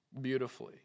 beautifully